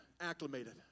acclimated